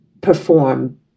perform